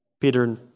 Peter